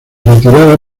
retirada